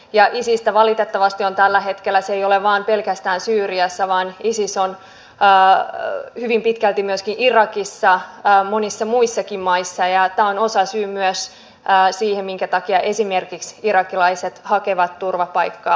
ja isis valitettavasti ei tällä hetkellä ole vain pelkästään syyriassa vaan isis on hyvin pitkälti myöskin irakissa monissa muissakin maissa ja tämä on osasyy myös siihen minkä takia esimerkiksi irakilaiset hakevat turvapaikkaa